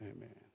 Amen